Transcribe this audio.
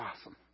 awesome